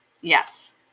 Yes